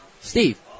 Steve